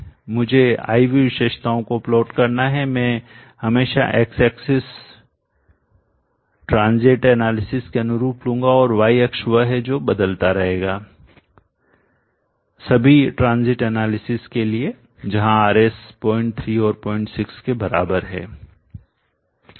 मुझे I V विशेषताओं को प्लॉट करना है मैं हमेशा एक्स एक्सिस ट्रांजियंट एनालिसिसक्षणिक विश्लेषण के अनुरूप लूंगा और y अक्ष वह है जो बदलता रहेगा सभी ट्रांजियंट एनालिसिसक्षणिक विश्लेषण के लिए जहां RS 03 और 06 के बराबर है